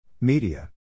Media